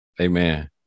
Amen